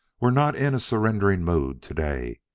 we're not in a surrendering mood to-day.